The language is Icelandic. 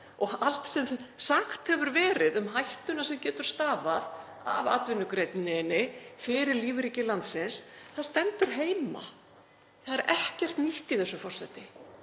og allt sem sagt hefur verið um hættuna sem getur stafað af atvinnugreininni fyrir lífríki landsins stendur heima. Það er ekkert nýtt í þessu, forseti.